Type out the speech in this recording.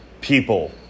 People